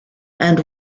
and